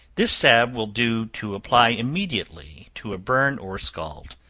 this salve will do to apply immediately to a burn or scald,